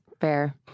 Fair